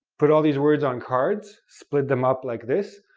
put all these words on cards, split them up like this.